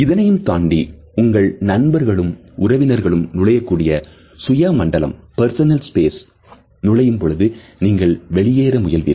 இதனையும் தாண்டி உங்கள் நண்பர்களும் உறவினர்களும் நுழையக்கூடிய சுயமண்டலத்திற்குள் நுழையும் பொழுது நீங்கள் வெளியேற முயல்வீர்கள்